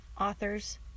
authors